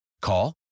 Call